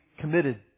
committed